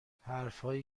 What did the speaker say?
حرفهایی